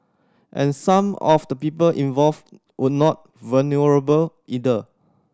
and some of the people involved would not vulnerable either